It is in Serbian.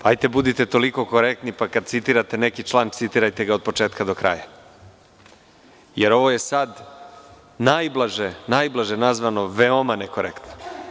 Hajde, budite toliko korektni, pa kad citirate neki član, citirajte ga od početka do kraja, jer ovo je sad najblaže, najblaže nazvano veoma nekorektno.